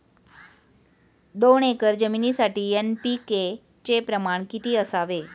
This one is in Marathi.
दोन एकर जमिनीसाठी एन.पी.के चे प्रमाण किती असावे?